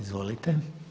Izvolite.